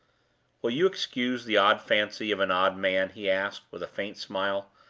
will you excuse the odd fancy of an odd man? he asked, with a faint smile.